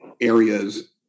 areas